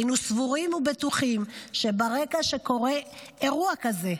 היינו סבורים ובטוחים שברגע שקורה אירוע כזה,